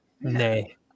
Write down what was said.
Nay